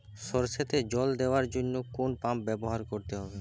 সরষেতে জল দেওয়ার জন্য কোন পাম্প ব্যবহার করতে হবে?